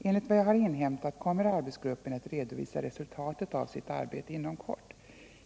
Enligt vad jag har inhämtat kommer arbetsgruppen att redovisa resultatet av sitt arbete inom kort.